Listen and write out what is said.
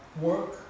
work